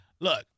Look